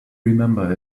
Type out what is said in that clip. remember